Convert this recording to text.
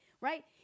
Right